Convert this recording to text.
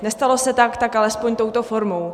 Nestalo se tak, tak alespoň touto formou.